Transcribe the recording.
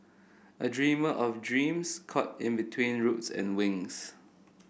a dreamer of dreams caught in between roots and wings